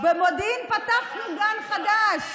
במודיעין פתחנו גן חדש.